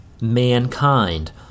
mankind